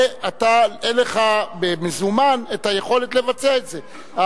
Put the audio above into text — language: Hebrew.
ואתה, אין לך יכולת לבצע את זה במזומן.